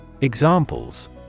Examples